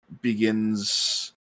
begins